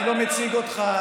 אני לא מציג אותך.